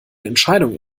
entscheidung